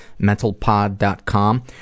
mentalpod.com